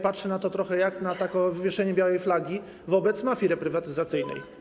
Patrzę na to trochę jak na wywieszenie białej flagi wobec mafii reprywatyzacyjnej.